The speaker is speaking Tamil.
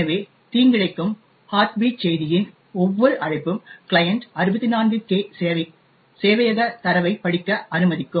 எனவே தீங்கிழைக்கும் ஹார்ட் பீட் செய்தியின் ஒவ்வொரு அழைப்பும் கிளையன்ட் 64K சேவையக தரவைப் படிக்க அனுமதிக்கும்